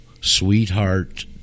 Sweetheart